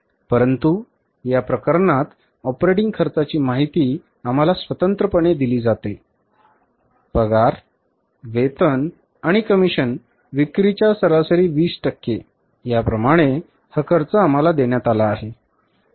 परंतु या प्रकरणात ऑपरेटिंग खर्चाची माहिती आम्हाला स्वतंत्रपणे दिली जाते पगार वेतन आणि कमिशन विक्रीच्या सरासरी 20 टक्के याप्रमाणे हा खर्च आम्हाला देण्यात आला आहे